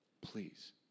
Please